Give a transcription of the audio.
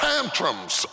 Tantrums